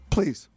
Please